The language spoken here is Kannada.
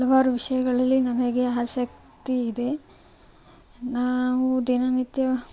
ಹಲವಾರು ವಿಷಯಗಳಲ್ಲಿ ನನಗೆ ಆಸಕ್ತಿ ಇದೆ ನಾವು ದಿನನಿತ್ಯ